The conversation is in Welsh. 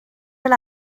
fel